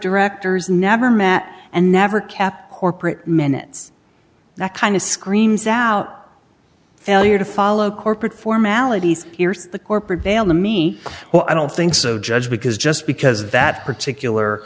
directors never met and never kept corporate minutes that kind of screams out failure to follow corporate formalities here's the corporate veil to me well i don't think so judge because just because that particular